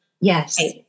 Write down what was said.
Yes